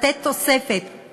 לתת תוספת,